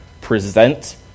present